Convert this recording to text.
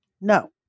No